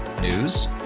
News